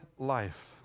life